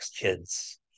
kids